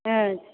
हँ